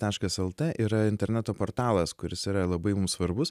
taškas lt yra interneto portalas kuris yra labai mums svarbus